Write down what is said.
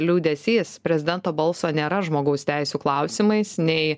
liūdesys prezidento balso nėra žmogaus teisių klausimais nei